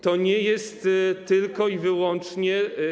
To nie jest tylko i wyłącznie.